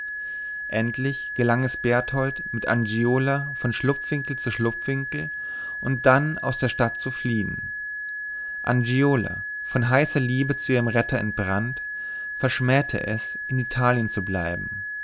endlich gelang es berthold mit angiola von schlupfwinkel zu schlupfwinkel und dann aus der stadt zu fliehen angiola von heißer liebe zu ihrem retter entbrannt verschmähte es in italien zu bleiben